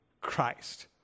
Christ